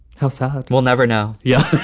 how so? we'll never know. yes.